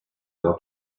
got